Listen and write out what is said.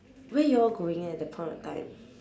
where you all going at that point of time